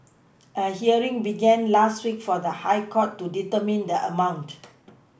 a hearing began last week for the high court to determine the amount